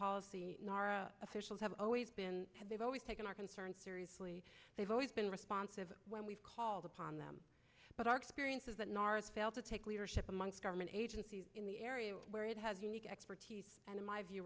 officials have always been always taking our concerns seriously they've always been responsive when we've called upon them but our experience is that north failed to take leadership amongst government agencies in the area where it had unique expertise and in my view